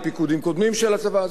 עם פיקודים קודמים של הצבא,